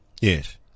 Yes